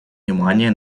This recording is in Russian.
внимание